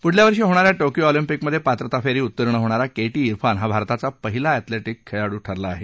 प्ढल्या वर्षी होणाऱ्या टोकिओ ऑलिम्पिकमधे पात्रता फेरी उत्तीर्ण होणारा के टी इरफान हा भारताचा पहिला अखलेटिक्स खेळाडू ठरला आहे